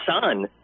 son